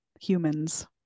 humans